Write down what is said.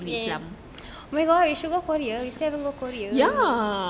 oh my god we should go korea we still haven't go korea